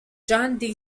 john